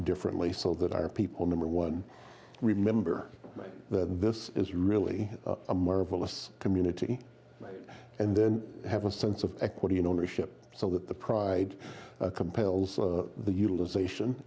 differently so that our people number one remember that this is really a marvelous community and have a sense of equity in ownership so that the pride compels the utilization